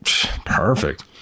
Perfect